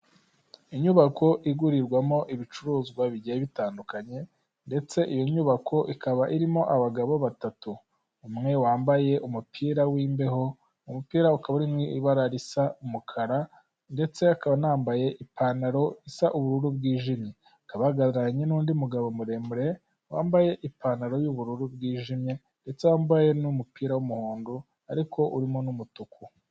Inyubako igurirwamo ibicuruzwa bigiye bitandukanye ndetse iyo nyubako ikaba irimo abagabo batatu, umwe wambaye umupira w'imbeho umupira uri mu ibara risa umukara ndetse akaba anambaye ipantaro isa ubururu bwijimye akaba ahagararanye n'undi mugabo muremure wambaye ipantaro y'ubururu bwijimye ndetse yambaye umupira w'umuhondo ariko urimo n'umutuku.